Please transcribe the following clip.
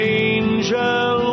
angel